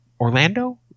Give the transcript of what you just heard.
Orlando